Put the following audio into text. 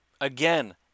Again